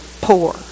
poor